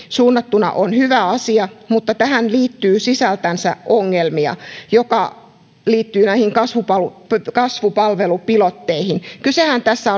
suunnattuna on hyvä asia mutta tähän liittyy sisältänsä ongelmia jotka liittyvät näihin kasvupalvelupilotteihin kasvupalvelupilotteihin kysehän tässä